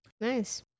Nice